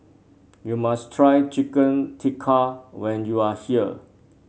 you must try Chicken Tikka when you are here